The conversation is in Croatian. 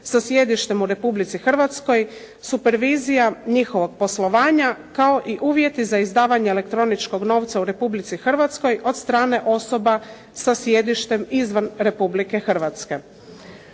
sa sjedištem u Republici Hrvatskoj, supervizija njihovog poslovanja, kao i uvjeti za izdavanje elektroničkog novca u Republici Hrvatskoj od strane osoba sa sjedište izvan Republike Hrvatske.